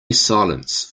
silence